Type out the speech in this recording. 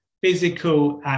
physical